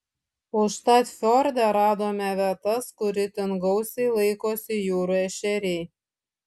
užtat fjorde radome vietas kur itin gausiai laikosi jūrų ešeriai